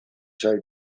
zait